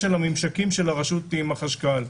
הממשקים של הרשות עם החשכ"ל.